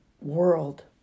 world